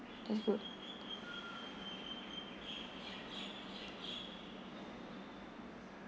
that's good